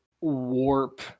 warp